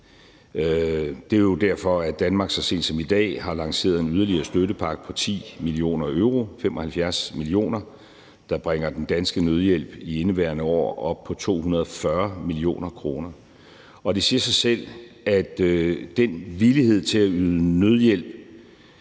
Det er derfor, Danmark så sent som i dag har lanceret en yderligere støttepakke på 10 mio. euro, dvs. 75 mio. kr., der bringer den danske nødhjælp i indeværende år op på 240 mio. kr. Det siger sig selv, at den villighed til at yde nødhjælp